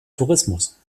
tourismus